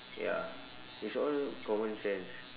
ya it's all common sense